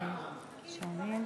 עכשיו יש הצעה חדשה לסדר-היום.